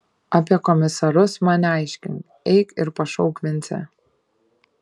apie komisarus man neaiškink eik ir pašauk vincę